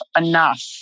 enough